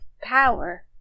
power